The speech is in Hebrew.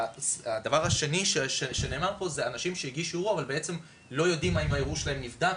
הדבר השני שנאמר פה זה אנשים שהגישו ערעור אבל לא יודעים האם הוא נבדק.